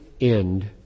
end